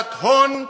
פרשת "הון,